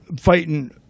fighting